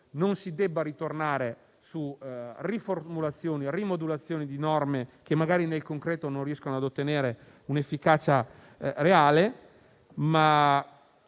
non si debba tornare su riformulazioni e rimodulazioni di norme che magari, nel concreto, non riescono ad ottenere un'efficacia reale;